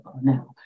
now